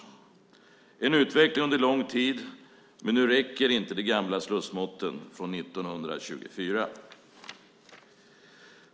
Det har varit en utveckling under lång tid, men nu räcker inte de gamla slussmåtten från 1924.